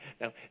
Now